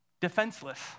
defenseless